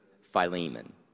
Philemon